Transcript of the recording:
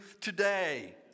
today